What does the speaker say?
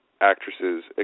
actresses